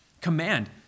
command